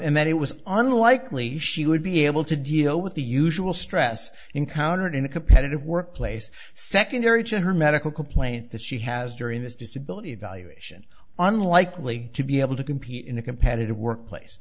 and that it was unlikely she would be able to deal with the usual stress encountered in a competitive workplace secondary to her medical complaint that she has during this disability evaluation unlikely to be able to compete in a competitive workplace